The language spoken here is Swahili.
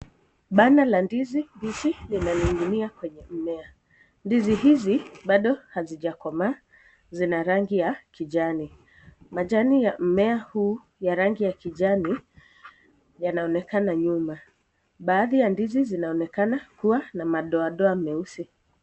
Banda la ndizi mbichi linaninginia kwenye mimea ,ndizi hizi bado hazijakomaa zina rangi ya kijani . Majani ya mmea huu ya rangi ya kijani yanaonekana nyuma. Baadhi ya ndizi zinaonekana kuwa na madoadoa meusi.